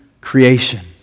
Creation